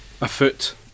afoot